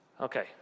Okay